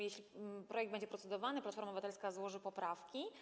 Jeśli projekt będzie procedowany, Platforma Obywatelska złoży poprawki.